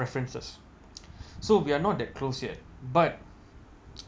references so we're not that close yet but